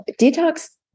detox